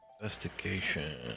Investigation